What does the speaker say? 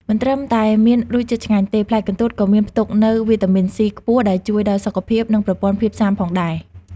មិនត្រឹមតែមានរសជាតិឆ្ងាញ់ទេ ផ្លែកន្ទួតក៏មានផ្ទុកនូវ វីតាមីន ស៊ី ខ្ពស់ ដែលជួយដល់សុខភាព និងប្រព័ន្ធភាពស៊ាំផងដែរ។